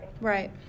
Right